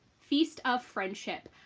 feast of friendship.